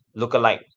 lookalike